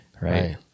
right